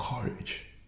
courage